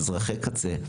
אזרחי קצה,